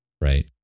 Right